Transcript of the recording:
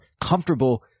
comfortable